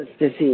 disease